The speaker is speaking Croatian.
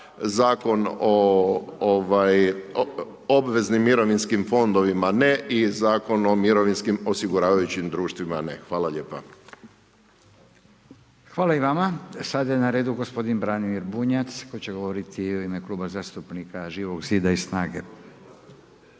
Zakon o ovaj, obveznim mirovinskim fondovima ne i Zakon o mirovinskim osiguravajućim društvima ne, hvala lijepa. **Radin, Furio (Nezavisni)** Hvala i vama. Sad je na redu gospodin Branimir Bunjac koji će govoriti u ime kluba zastupnika Živog Zida i Snage.